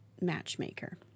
matchmaker